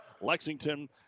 Lexington